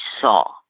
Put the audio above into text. saw